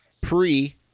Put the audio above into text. pre